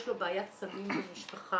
יש לו בעיית סמים במשפחה,